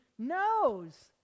Knows